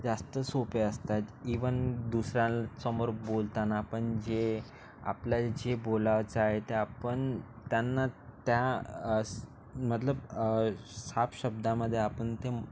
जास्त सोपे असतात इवन दुसऱ्यांसमोर बोलताना पण जे आपल्याला जे बोलायचं आहे ते आपण त्यांना त्या स् मधलं साफ शब्दामध्ये आपण ते